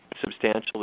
substantially